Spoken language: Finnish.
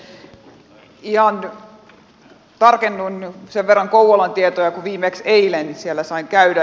ihan tarkennan sen verran kouvolan tietoja kun viimeksi eilen siellä sain käydä